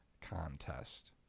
contest